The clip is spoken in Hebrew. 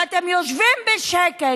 ואתם יושבים בשקט,